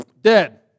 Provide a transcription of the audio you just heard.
Dead